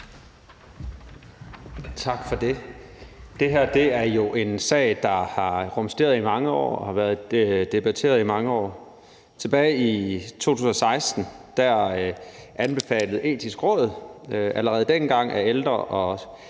Tak for det. Det her er jo en sag, der har rumsteret i mange år og været debatteret i mange år. Tilbage i 2016 anbefalede Det Etiske Råd allerede dengang, at ældre